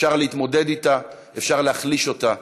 אפשר להתמודד איתה, אפשר להחליש אותה,